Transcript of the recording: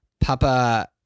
Papa